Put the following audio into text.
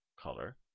color